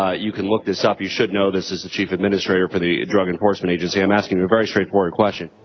ah you can look this up you should know this as the chief administrator for the drug enforcement agency i'm asking you a very straightforward question.